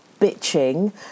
bitching